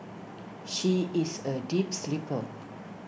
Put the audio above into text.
she is A deep sleeper